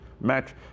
match